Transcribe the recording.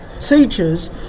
teachers